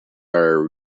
are